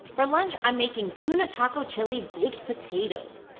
for lunch i'm making tuna taco chili baked potatoes!